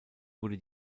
wurde